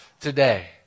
today